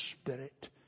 Spirit